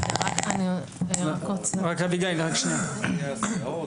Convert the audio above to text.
אבל לגבי הסייעות,